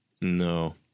No